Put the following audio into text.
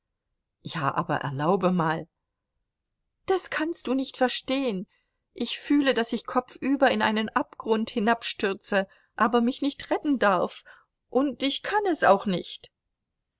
ja aber erlaube mal das kannst du nicht verstehen ich fühle daß ich kopfüber in einen abgrund hinabstürze aber mich nicht retten darf und ich kann es auch nicht